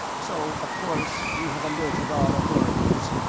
so of course we have alerted all authorities,